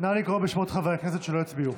נא לקרוא בשמות חברי הכנסת שלא הצביעו.